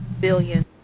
billion